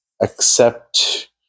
accept